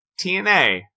TNA